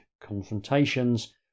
confrontations